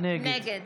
נגד